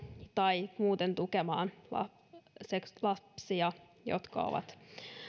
tai muuten tukemaan lapsia jotka ovat